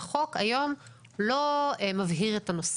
והחוק היום לא מבהיר את הנושא.